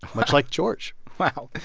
much like george wow,